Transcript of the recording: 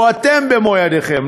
או אתם במו-ידיכם,